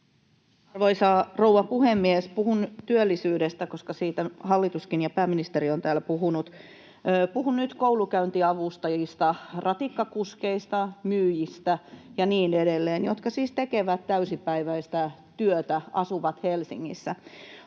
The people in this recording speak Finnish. Arvoisa rouva puhemies! Puhun työllisyydestä, koska siitä hallituskin ja pääministeri ovat täällä puhuneet. Puhun nyt koulunkäyntiavustajista, ratikkakuskeista, myyjistä ja niin edelleen, jotka siis tekevät täysipäiväistä työtä, asuvat Helsingissä.